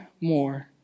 more